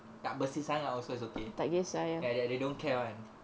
tak bersih sangat lah also it's okay ya ya they don't care [one]